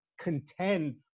contend